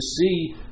see